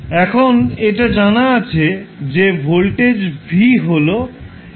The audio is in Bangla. এখন এটা জানা আছে যে ভোল্টেজ v হল Ldidt